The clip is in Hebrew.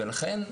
ולכן,